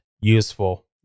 useful